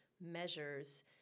measures